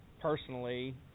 personally